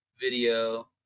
video